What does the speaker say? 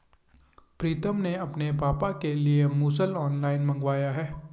प्रितम ने अपने पापा के लिए मुसल ऑनलाइन मंगवाया है